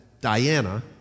Diana